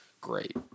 Great